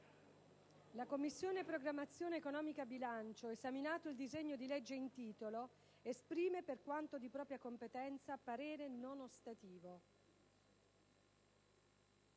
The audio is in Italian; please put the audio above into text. La Commissione programmazione economica, bilancio, esaminato il disegno di legge in titolo, esprime, per quanto di propria competenza, parere non ostativo».